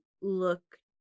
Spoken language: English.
look